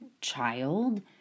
child